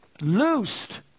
Loosed